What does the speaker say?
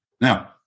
now